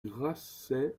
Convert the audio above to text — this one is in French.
grasset